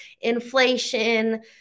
inflation